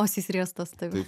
nosys riestos tai va